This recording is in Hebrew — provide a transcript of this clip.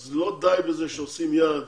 אז לא די בזה שעושים יעד